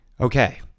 okay